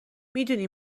میدونی